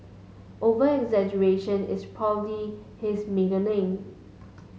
over exaggeration is probably his middle name